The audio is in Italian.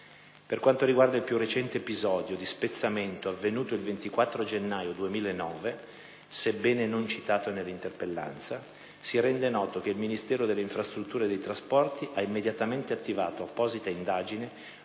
Per quanto riguarda il più recente episodio di spezzamento avvenuto il 24 gennaio 2009, sebbene non citato nell'interpellanza, si rende noto che il Ministero delle infrastrutture e dei trasporti ha immediatamente attivato apposita indagine